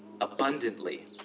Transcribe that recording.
abundantly